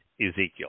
Ezekiel